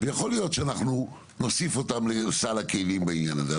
ויכול להיות שאנחנו נוסיף אותם לסל הכלים בעניין הזה.